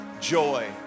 joy